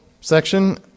section